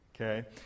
Okay